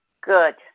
Good